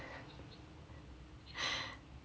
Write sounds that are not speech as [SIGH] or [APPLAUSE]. [BREATH]